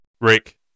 Rick